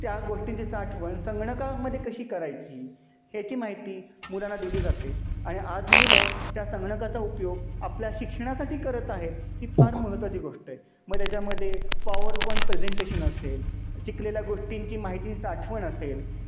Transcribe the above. त्या गोष्टींचीच आठवण संगणकामध्ये कशी करायची ह्याची माहिती मुलांना दिली जाते आणि आज मुलं त्या संगणकाचा उपयोग आपल्या शिक्षणासाठी करत आहे ही फार महत्त्वाची गोष्ट आहे मग त्याच्यामध्ये पॉवर पॉईंट प्रेझेंटेशन असेल शिकलेल्या गोष्टींची माहिती साठवण असेल